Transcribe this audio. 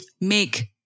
make